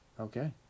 Okay